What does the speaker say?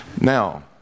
Now